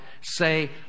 say